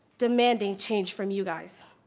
demanding change from you guys.